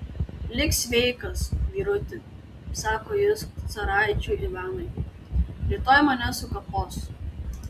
lik sveikas vyruti sako jis caraičiui ivanui rytoj mane sukapos